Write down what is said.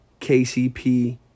KCP